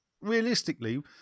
realistically